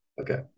Okay